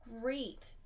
great